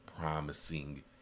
promising